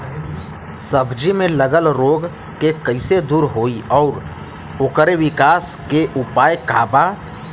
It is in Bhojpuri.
सब्जी में लगल रोग के कइसे दूर होयी और ओकरे विकास के उपाय का बा?